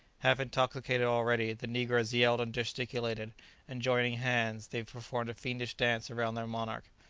half intoxicated already, the negroes yelled and gesticulated and joining hands, they performed a fiendish dance around their monarch.